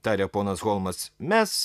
tarė ponas holmas mes